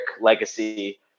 legacy